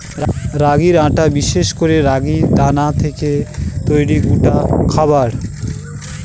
রাগির আটা বিশেষ করে রাগির দানা থেকে তৈরি গুঁডা খাবার